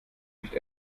nicht